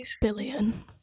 billion